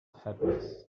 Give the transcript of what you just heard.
happiness